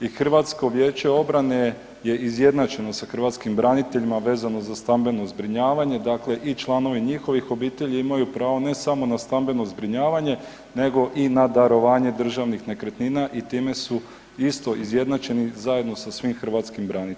i Hrvatsko vijeće obrane je izjednačeno sa hrvatskim braniteljima vezano za stambeno zbrinjavanje, dakle i članovi njihovih obitelji imaju pravo ne samo na stambeno zbrinjavanje nego i na darovanje državnih nekretnina i time su isto izjednačeni zajedno sa svim hrvatskim braniteljima.